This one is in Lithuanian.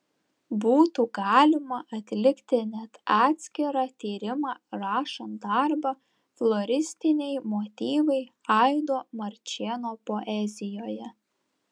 būtų galima atlikti net atskirą tyrimą rašant darbą floristiniai motyvai aido marčėno poezijoje